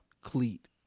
cleat